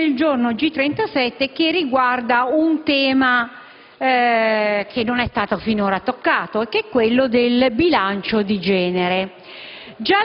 l'ordine del giorno G37, che riguarda un tema che non è stato finora toccato: quello del bilancio di genere.